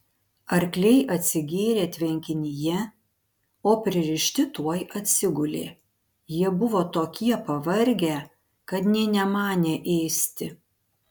arkliai atsigėrė tvenkinyje o pririšti tuoj atsigulė jie buvo tokie pavargę kad nė nemanė ėsti